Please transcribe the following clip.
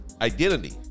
identity